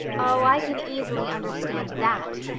oh, i can easily understand that,